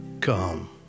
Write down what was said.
come